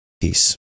Peace